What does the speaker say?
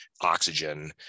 oxygen